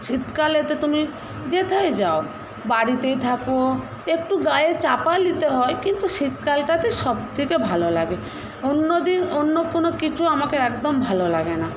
শীতকালে তুমি যেথায় যাও বাড়িতে থাকো একটু গায়ে চাপা নিতে হয় কিন্তু শীতকালে সবথেকে ভালো লাগে অন্য দিন অন্য কোনও কিছু আমাকে একদম ভালো লাগে না